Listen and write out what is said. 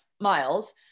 miles